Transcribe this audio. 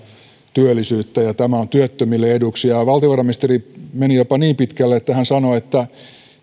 työllisyyttä ja tämä on työttömille eduksi valtiovarainministeri meni jopa niin pitkälle että hän sanoi että